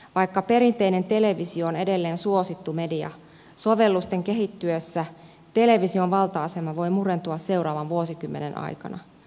vaikka perinteinen televisio on edelleen suosittu media sovellusten kehittyessä television valta asema voi murentua seuraavan vuosikymmenen aikana